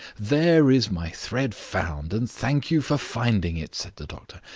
there is my thread found and thank you for finding it! said the doctor.